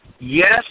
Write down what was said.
Yes